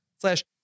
slash